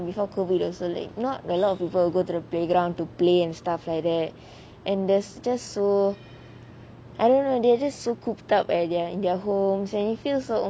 before COVID also like not a lot of people go to the playground to play and stuff like that and there's just so I don't know they are just so coop up at their their home and it feels so